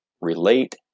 relate